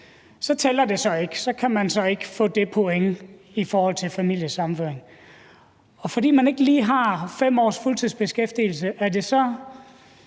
Så kan man ikke få det point i forhold til familiesammenføring. Og fordi man ikke lige har 5 års fuldtidsbeskæftigelse, kan man så